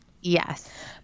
Yes